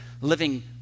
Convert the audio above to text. living